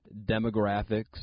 demographics